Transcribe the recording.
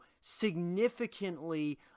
significantly